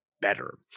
better